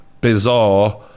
bizarre